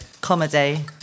comedy